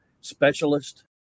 specialist